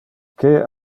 que